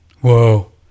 Whoa